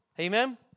Amen